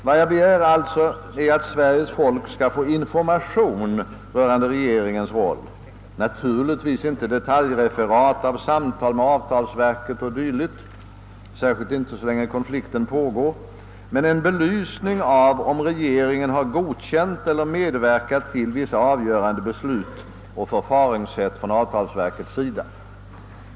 Vad jag begär är alltså att Sveriges folk skall få information rörande regeringens politik, naturligtvis inte detaljreferat av samtal med avtalsverket o. d. — särskilt inte så länge konflikten pågår — men en upplysning om huruvida regeringen har godkänt eller medverkat till vissa avgörande beslut och förfaringssätt från avtalsverkets sida.